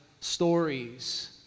stories